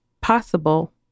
possible